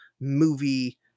movie